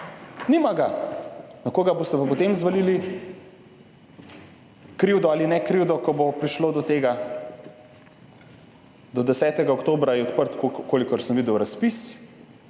Nima ga. Na koga boste pa potem zvalili krivdo ali nekrivdo, ko bo prišlo do tega? Do 10. oktobra je odprt, kolikor sem videl, razpis,